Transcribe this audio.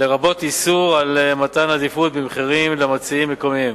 לרבות איסור על מתן עדיפות במחירים למציעים מקומיים,